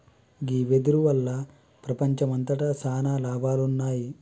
గీ వెదురు వల్ల ప్రపంచంమంతట సాన లాభాలున్నాయి